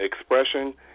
expression